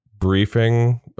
briefing